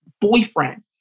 boyfriend